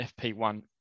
FP1